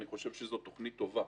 אני חושב שזאת תוכנית טובה,